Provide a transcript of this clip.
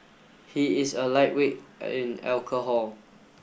he is a lightweight in alcohol